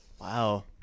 Wow